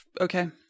Okay